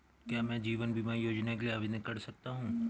क्या मैं जीवन बीमा योजना के लिए आवेदन कर सकता हूँ?